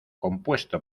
compuesto